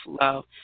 love